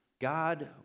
God